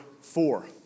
four